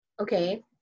okay